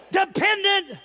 dependent